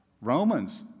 Romans